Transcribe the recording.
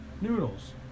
Noodles